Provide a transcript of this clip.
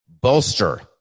bolster